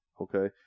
okay